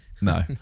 No